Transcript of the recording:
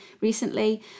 recently